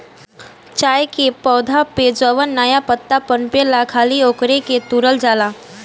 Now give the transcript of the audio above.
चाय के पौधा पे जवन नया पतइ पनपेला खाली ओकरे के तुरल जाला